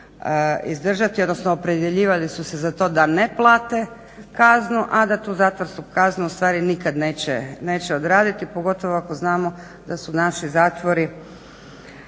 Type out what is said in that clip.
izdržati, odnosno opredjeljivali su se za to da ne plate kaznu a da tu zatvorsku kaznu u stvari nikad neće odraditi pogotovo ako znamo da su naši zatvori